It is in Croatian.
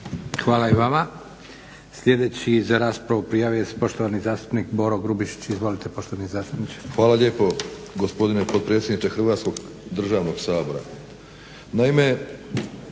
Hvala i vama. Sljedeći za raspravu prijavio se poštovani zastupnik Boro Grubišić. Izvolite poštovani zastupniče. **Grubišić, Boro (HDSSB)** Hvala lijepo gospodine potpredsjedniče Hrvatskog državnog sabora.